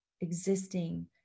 existing